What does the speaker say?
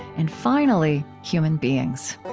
and finally, human beings.